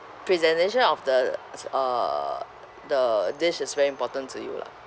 presentation of the f~ uh the dish is very important to you lah